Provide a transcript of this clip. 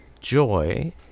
Joy